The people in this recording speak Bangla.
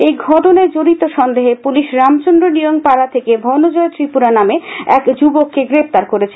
এই ঘটনায় জড়িত সন্দেহে পুলিশ রামচন্দ্র রিয়াং পাড়া থেকে ভনজয় ত্রিপুরা নামে এক যুবককে গ্রেপ্তার করেছে